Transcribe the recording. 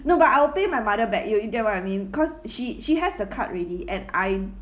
no but I'll pay my mother back you you get what I mean cause she she has the card already and I